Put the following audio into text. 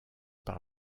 par